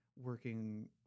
working